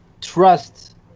trust